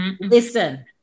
listen